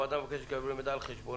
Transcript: בנוסף, הוועדה מבקשת לקבל מידע על חשבונות